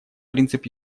принцип